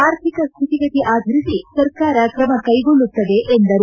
ಆರ್ಥಿಕ ಶ್ಯಿತಿಗತಿ ಆಧರಿಸಿ ಸರ್ಕಾರ ಕ್ರಮ ಕೈಗೊಳ್ಳುತ್ತದೆ ಎಂದರು